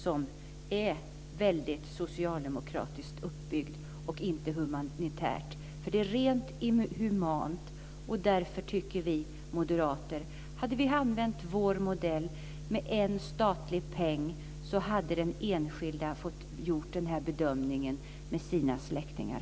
Den är väldigt socialdemokratiskt uppbyggd och inte humanitär. Det är rent inhumant, tycker vi moderater. Hade vi använt vår modell med en statlig peng hade den enskilda själv fått göra bedömningen med sina släktingar.